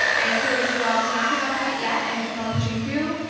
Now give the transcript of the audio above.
i encourage you all to not give up quite yet and keep on pushing through,